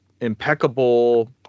impeccable